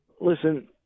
Listen